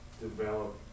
develop